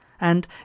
and